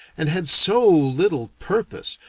and had so little purpose,